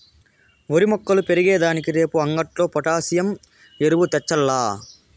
ఓరి మొక్కలు పెరిగే దానికి రేపు అంగట్లో పొటాసియం ఎరువు తెచ్చాల్ల